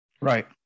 right